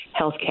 healthcare